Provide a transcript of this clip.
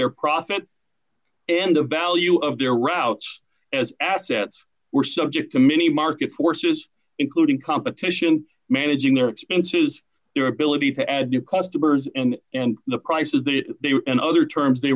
their profit and the value of their routes as assets were subject to many market forces including competition managing their expenses their ability to add new customers and and the prices that they were and other terms they